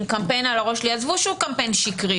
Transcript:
קמפיין על הראש שלי עזבו שהוא קמפיין שקרי,